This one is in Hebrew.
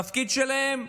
התפקיד שלהם,